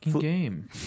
game